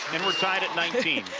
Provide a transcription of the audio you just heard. and we're tied at nineteen.